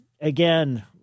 again